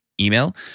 email